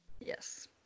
Yes